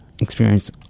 experience